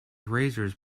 razors